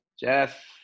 Jeff